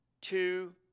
two